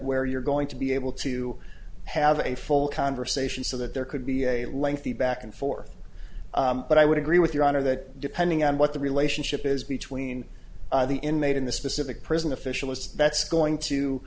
where you're going to be able to have a full conversation so that there could be a lengthy back and forth but i would agree with your honor that depending on what the relationship is between the inmate in the specific prison officials that's going to